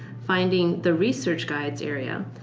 finding the research guides area,